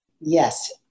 Yes